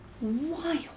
wild